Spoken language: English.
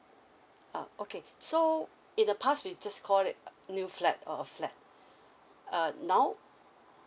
ah okay so in the past we just call it new flat or a flat uh now